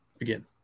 again